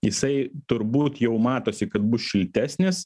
jisai turbūt jau matosi kad bus šiltesnis